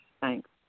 Thanks